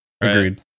Agreed